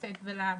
לצאת ולעבוד?